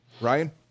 Ryan